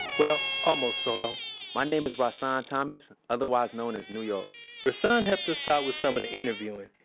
well, almost solo my name is rahsaan thomas, otherwise known as new york rahsaan helped us out with some of the interviewing.